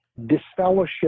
disfellowship